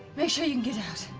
make sure you can get out.